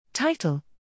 Title